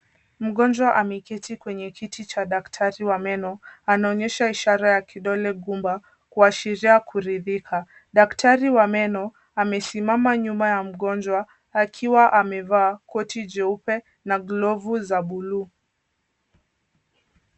Mgonjwa ameketi kwenye kiti cha daktari wa meno. Anaonyesha ishara ya kidole gumba kuashiria kuridhika. Daktari wa meno amesimama nyuma ya mgonjwa, akiwa amevaa koti jeupe na glovu za buluu.